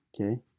okay